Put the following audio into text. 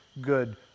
good